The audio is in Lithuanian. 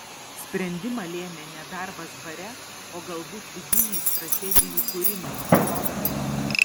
sprendimą lėmė ne darbas bare o galbūt vidiniai strategijų kūrimai pliotkai